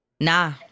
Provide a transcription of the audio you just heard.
Nah